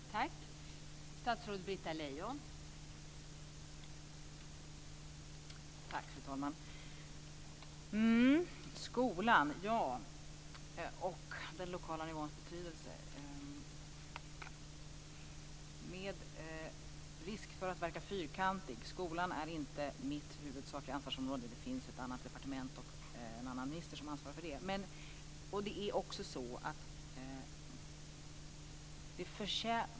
Fru talman! När det gäller skolan och den lokala nivåns betydelse vill jag säga, med risk för att verka fyrkantig, att skolan inte är mitt huvudsakliga ansvarsområde. Det finns ett annat departement och en annan minister som är ansvarig för den.